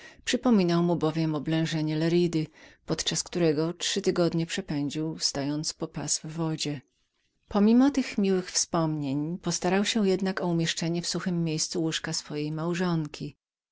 mu bowiem oblężenie leridy podczas którego trzy tygodnie przepędził stojąc po pas w wodzie pomimo tych miłych wspomnień postarał się jednak o umieszczenie w suchem miejscu łóżka swojej małżonki